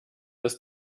ist